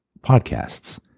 podcasts